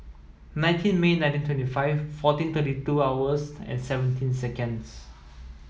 nineteen May nineteen twenty five fourteen thirty two hours and seventeen seconds